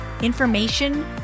information